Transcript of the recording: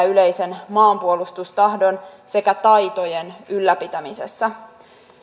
yleisen maanpuolustustahdon sekä taitojen ylläpitämisessä